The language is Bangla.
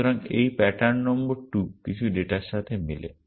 সুতরাং এই প্যাটার্ন নম্বর 2 কিছু ডেটার সাথে মেলে